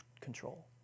control